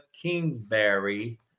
Kingsbury